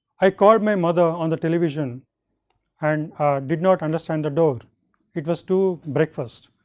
i called my mother on the television and did not understand the door it was too breakfast,